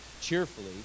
cheerfully